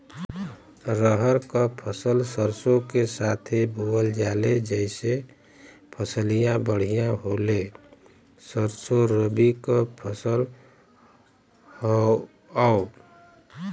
रहर क फसल सरसो के साथे बुवल जाले जैसे फसलिया बढ़िया होले सरसो रबीक फसल हवौ